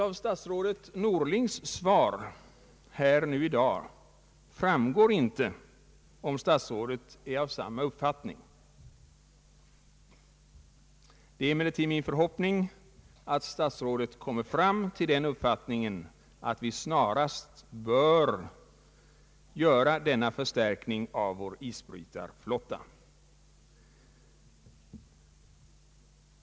Av statsrådet Norlings svar här i dag framgår tyvärr inte om statsrådet är av samma uppfattning. Det är emellertid min förhoppning att statsrådet vid närmare eftertanke kommer fram till att vi snarast bör göra denna förstärkning av vår isbrytarflotta.